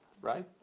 right